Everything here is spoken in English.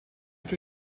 two